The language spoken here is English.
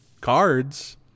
cards